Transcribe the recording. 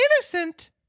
innocent